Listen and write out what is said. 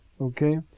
okay